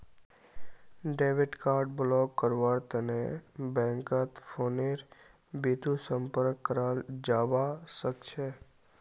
debit card block करव्वार तने बैंकत फोनेर बितु संपर्क कराल जाबा सखछे